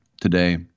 today